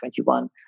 2021